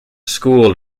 school